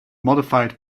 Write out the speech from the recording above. modified